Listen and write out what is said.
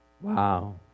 Wow